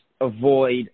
avoid